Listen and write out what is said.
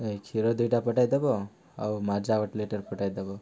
ଏ କ୍ଷୀର ଦୁଇଟା ପଠେଇଦେବ ଆଉ ମାଜା ଗୋଟେ ଲିଟର୍ ପଠେଇଦେବ